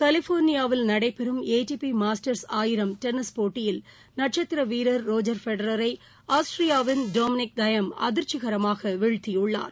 கலிபோர்னியாவில் நடைபெறும் எடிபிமாஸ்டர்ஸ் ஆயிரம் டென்னிஸ் போட்டியில் நட்சத்திரவீரர் ரோஜர் பெடரரை ஆஸ்ட்ரியாவின் டாமினிக் தயம் அதிர்ச்சிகரமாகவீழ்த்தியுள்ளார்